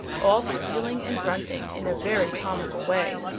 all squealing and grunting in a very comical way.